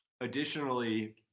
additionally